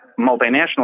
multinational